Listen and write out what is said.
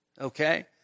okay